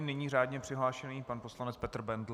Nyní řádně přihlášený pan poslanec Petr Bendl.